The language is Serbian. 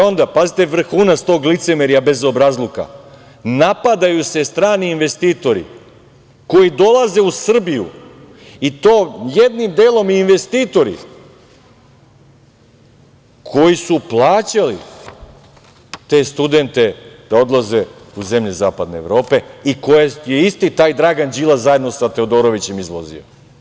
Onda, pazite vrhunac tog licemerja bezobrazluka, napadaju se strani investitori koji dolaze u Srbiju i to jednim delom investitori, koji su plaćali te studente da odlaze u zemlje zapadne Evrope, i koje je isti taj Dragan Đilas zajedno sa Teodorovićem izvozi.